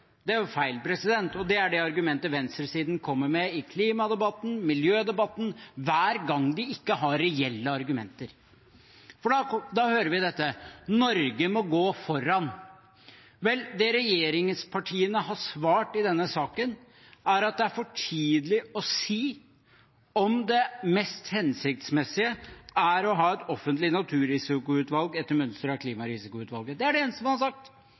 Det er jo feil. Det er det argumentet venstresiden kommer med i klimadebatten, i miljødebatten – hver gang de ikke har reelle argumenter, hører vi dette: Norge må gå foran. Vel, det regjeringspartiene har svart i denne saken, er at det er for tidlig å si om det mest hensiktsmessige er å ha et offentlig naturrisikoutvalg etter mønster av Klimarisikoutvalget. Det er det eneste man har sagt.